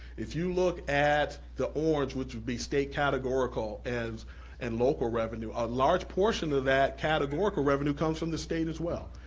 if you look at the orange, which would be state categorical and local revenue, a large portion of that categorical revenue comes from the state as well.